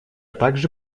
также